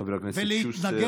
חבר הכנסת שוסטר,